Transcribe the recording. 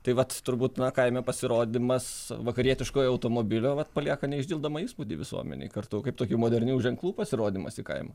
tai vat turbūt na kaime pasirodymas vakarietiškojo automobilio vat palieka neišdildomą įspūdį visuomenei kartu kaip tokį modernių ženklų pasirodymas į kaimą